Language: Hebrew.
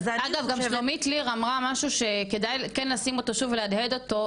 אגב גם שלומית ליר אמרה משהו שכדאי כן לשים אותו שוב ולהדהד אותו,